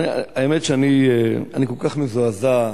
האמת שאני כל כך מזועזע,